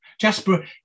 Jasper